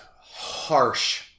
harsh